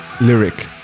lyric